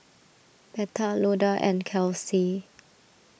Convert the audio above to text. Betha Loda and Kelsie